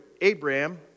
Abraham